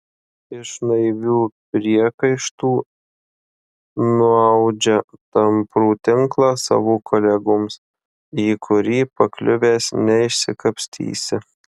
iš naivių priekaištų nuaudžia tamprų tinklą savo kolegoms į kurį pakliuvęs neišsikapstysi